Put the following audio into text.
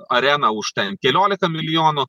areną už ten keliolika milijonų